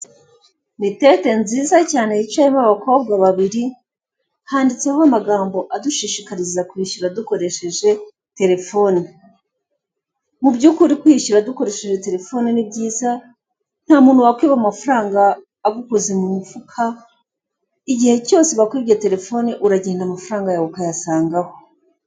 Ni tete nziza cyane yicayemo abakobwa babiri, handitseho amagambo adushushikariza kwishyura dukoresheje tetefone. Mu by'ukuri kwishyura dukoresheje terefone ni byiza nta muntu wakwiba amafaranga agukoze mu mufuka, igihe cyose bakwibye terefone uragenda amafaranga yawe ukayasangaho.